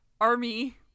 army